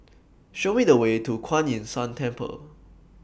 Show Me The Way to Kuan Yin San Temple